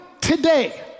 today